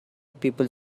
people